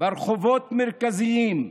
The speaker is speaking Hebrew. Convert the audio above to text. ברחובות מרכזיים.